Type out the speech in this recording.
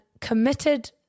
committed